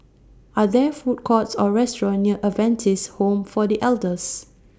Are There Food Courts Or restaurants near Adventist Home For The Elders